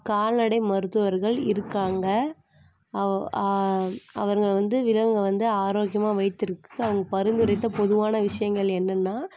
கால்நடை மருத்துவர்கள் இருக்காங்க அ அவங்க வந்து விலங்கை வந்து ஆரோக்கியமாக வைத்திருக்கிறதுக்கு அவங்க பரிந்துரைத்த பொதுவான விஷயங்கள் என்னென்னா